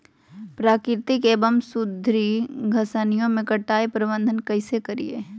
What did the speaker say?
प्राकृतिक एवं सुधरी घासनियों में कटाई प्रबन्ध कैसे करीये?